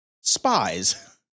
spies